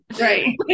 right